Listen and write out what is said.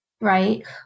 right